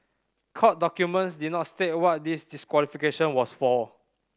court documents did not state what this disqualification was for